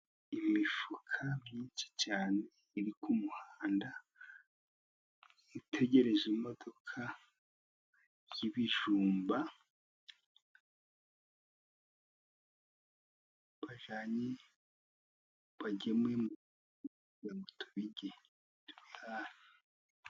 imifuka myinshi cyane iri ku muhanda itegereje imodoka, y'ibijumba bagemuye mu masoko kugira ngo tubirye.